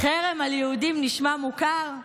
חרם על יהודים, נשמע מוכר?